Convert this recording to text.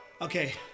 Okay